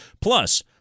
Plus